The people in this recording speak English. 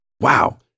wow